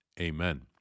Amen